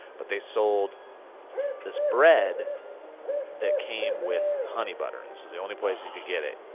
but they sold this bread that came with honey butter. and this was the only place you could get it,